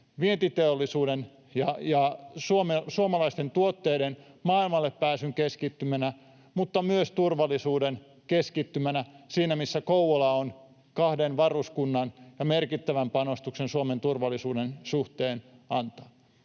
vientiteollisuuden ja suomalaisten tuotteiden maailmalle pääsyn keskittymänä kuin myös turvallisuuden keskittymänä, siinä missä Kouvola kahdella varuskunnallaan merkittävän panostuksen Suomen turvallisuuden suhteen antaa.